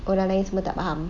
orang lain semua tak faham